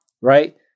right